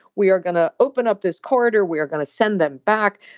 we are going to open up this corridor we are going to send them back.